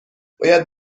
باید